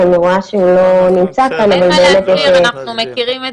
המיועד לאורחי המלון,